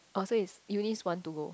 oh so is Eunice want to go